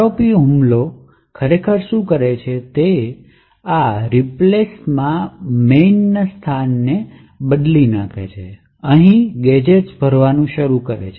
ROP હુમલો ખરેખર શું કરે છે તે આ રિપ્લેશ માં મેઇન સ્થાને લે છે અને અહીં ગેજેટ્સ ભરવાનું શરૂ કરે છે